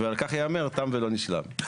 ועל כך ייאמר תם ולא נשלם.